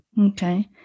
okay